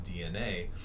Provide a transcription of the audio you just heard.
DNA